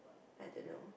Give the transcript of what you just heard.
I don't know